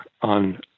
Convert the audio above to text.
on